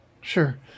Sure